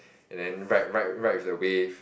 and then ride ride ride with the wave